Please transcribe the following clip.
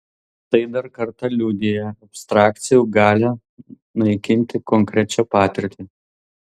tai dar kartą liudija abstrakcijų galią naikinti konkrečią patirtį